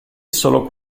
solo